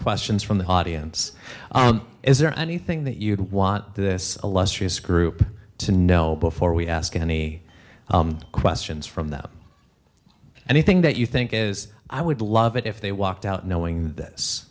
questions from the audience is there anything that you'd want this illustrious group to know before we ask any questions from them anything that you think is i would love it if they walked out knowing this